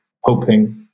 hoping